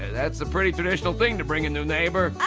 that's a pretty traditional thing to bring a new neighbor.